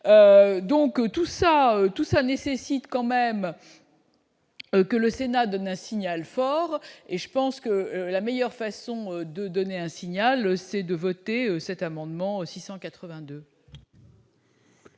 ça tout ça nécessite quand même que le Sénat donne un signal fort et je pense que la meilleure façon de donner un signal, c'est de voter cet amendement 682.